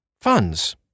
funds